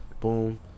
Boom